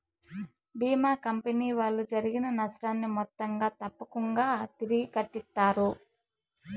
భీమా company వాళ్ళు జరిగిన నష్టాన్ని మొత్తంగా తప్పకుంగా తిరిగి కట్టిత్తారు